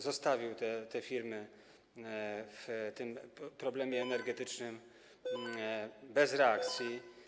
Zostawił te firmy z tym problemem energetycznym bez reakcji.